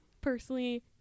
personally